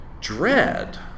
Dread